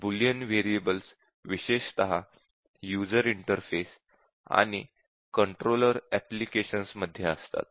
Boolean variables विशेषत user interface आणि controller applications मध्ये असतात